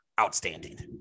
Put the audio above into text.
outstanding